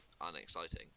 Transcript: unexciting